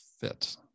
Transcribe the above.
fit